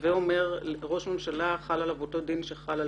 הווה אומר שראש ממשלה חל עליו אותו דין שחל על שר?